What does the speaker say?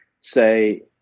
say